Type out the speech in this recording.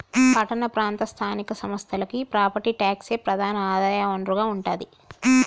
పట్టణ ప్రాంత స్థానిక సంస్థలకి ప్రాపర్టీ ట్యాక్సే ప్రధాన ఆదాయ వనరుగా ఉంటాది